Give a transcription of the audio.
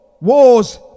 wars